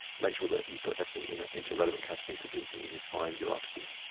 make sure that you put everything into into relevant category so people can easily find your articles.